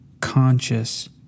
conscious